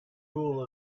rule